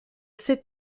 ses